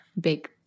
big